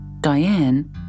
Diane